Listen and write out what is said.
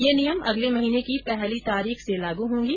ये नियम अगले महीने की पहली तारीख से लागू होंगे